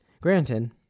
Granted